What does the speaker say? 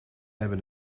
hebben